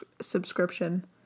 subscription